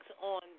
on